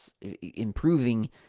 improving